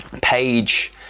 page